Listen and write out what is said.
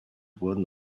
worden